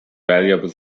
valuable